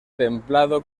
templado